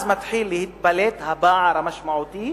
אז מתחיל להתבלט הפער המשמעותי